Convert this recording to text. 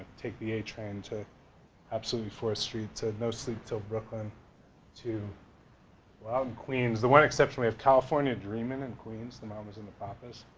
take the a train to absolutely fourth street to no sleep till brooklyn to wild queens the one exception, we have california dreamin' in queens the mamas and the papas.